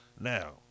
Now